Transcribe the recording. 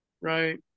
Right